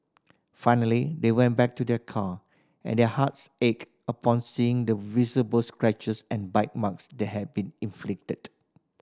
finally they went back to their car and their hearts ached upon seeing the visible scratches and bite marks that had been inflicted